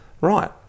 Right